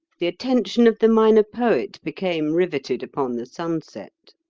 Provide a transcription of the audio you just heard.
the attention of the minor poet became riveted upon the sunset.